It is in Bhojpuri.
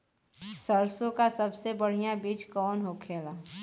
सरसों का सबसे बढ़ियां बीज कवन होखेला?